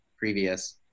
previous